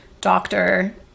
doctor